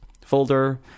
folder